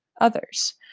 others